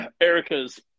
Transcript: Erica's